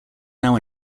now